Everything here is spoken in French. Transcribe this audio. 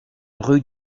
rue